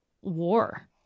war